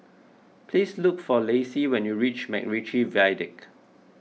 please look for Lacy when you reach MacRitchie Viaduct